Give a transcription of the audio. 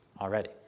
already